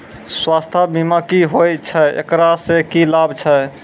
स्वास्थ्य बीमा की होय छै, एकरा से की लाभ छै?